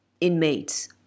Inmates